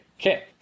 Okay